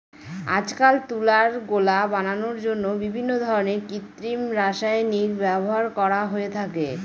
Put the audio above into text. আজকাল তুলার গোলা বানানোর জন্য বিভিন্ন ধরনের কৃত্রিম রাসায়নিকের ব্যবহার করা হয়ে থাকে